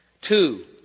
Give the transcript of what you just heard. Two